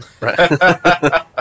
right